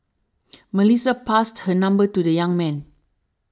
Melissa passed her number to the young man